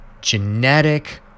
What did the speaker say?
genetic